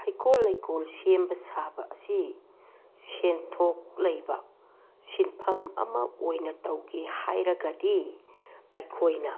ꯍꯩꯀꯣꯜ ꯂꯩꯀꯣꯜ ꯁꯦꯝꯕ ꯁꯥꯕ ꯑꯁꯤ ꯁꯦꯟꯊꯣꯛ ꯂꯩꯕ ꯁꯤꯟꯐꯝ ꯑꯃ ꯑꯣꯏꯅ ꯇꯧꯒꯦ ꯍꯥꯏꯔꯒꯗꯤ ꯑꯩꯈꯣꯏꯅ